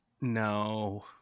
No